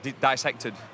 dissected